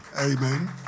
Amen